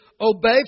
obey